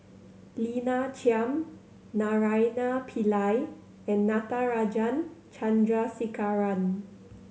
Lina Chiam Naraina Pillai and Natarajan Chandrasekaran